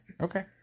Okay